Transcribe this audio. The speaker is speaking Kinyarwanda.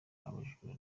abajura